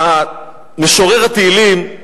משורר התהילים,